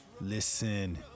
listen